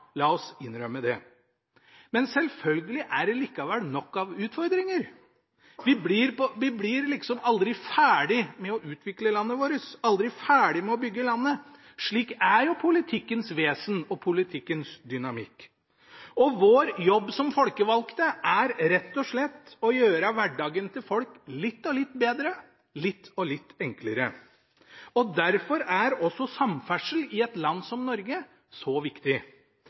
la oss innrømme det. Men selvfølgelig er det likevel nok av utfordringer. Vi blir aldri ferdig med å utvikle landet vårt, aldri ferdig med å bygge det. Slik er politikkens vesen og dynamikk. Vår jobb som folkevalgte er rett og slett å gjøre hverdagen til folk litt og litt bedre, litt og litt enklere. Derfor er også samferdsel i et land som Norge så viktig.